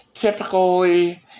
typically